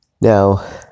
Now